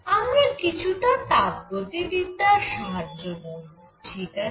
আমরা কিছুটা তাপগতিবিদ্যার সাহায্য নেব ঠিক আছে